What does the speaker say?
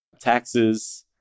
Taxes